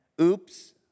Oops